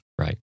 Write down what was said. Right